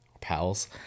Pals